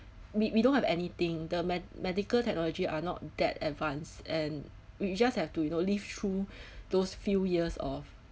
we we don't have anything the me~ medical technology are not that advanced and you just have to you know live through those few years of